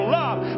love